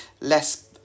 less